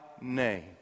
name